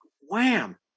wham